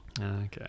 Okay